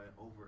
over